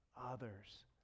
others